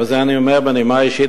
אבל את זה אני אומר בנימה האישית,